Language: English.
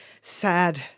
sad